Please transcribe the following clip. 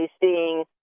seeing